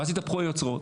ואז התהפכו היוצרות,